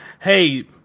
Hey